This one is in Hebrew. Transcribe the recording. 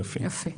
יופי.